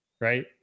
right